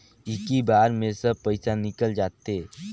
इक्की बार मे सब पइसा निकल जाते?